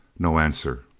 no answer.